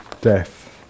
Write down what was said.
death